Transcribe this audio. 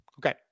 Okay